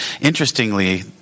Interestingly